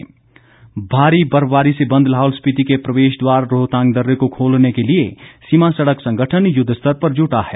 रोहतांग दर्रा भारी बर्फबारी से बंद लाहौल स्पिति के प्रवेश द्वार रोहतांग दर्रे को खोलने के लिए सीमा सड़क संगठन युद्ध स्तर पर जुटा है